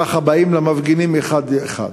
ככה באים למפגינים אחד-אחד.